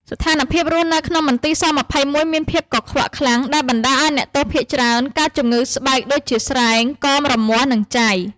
ស្ថានភាពរស់នៅក្នុងមន្ទីរស-២១មានភាពកខ្វក់ខ្លាំង ដែលបណ្តាលឱ្យអ្នកទោសភាគច្រើនកើតជំងឺស្បែកដូចជាស្រែង កមរមាស់ និងចៃ។